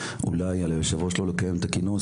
על היושב ראש שאולי לא לקיים את הדיון.